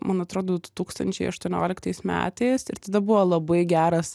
man atrodo du tūkstančiai aštuonioliktais metais ir tada buvo labai geras